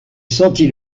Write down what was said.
sentit